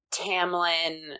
Tamlin